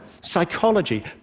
Psychology